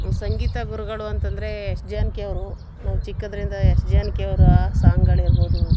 ಸಂಗೀತ ಗುರುಗಳು ಅಂತಂದರೆ ಎಸ್ ಜಾನಕಿಯವ್ರು ನಾವು ಚಿಕ್ಕದ್ರಿಂದ ಎಸ್ ಜಾನಕಿಯವ್ರ ಸಾಂಗಳಿರ್ಬೋದು